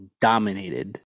dominated